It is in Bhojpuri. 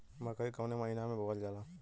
मकई कवने महीना में बोवल जाला?